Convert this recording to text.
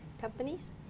companies